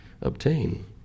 obtain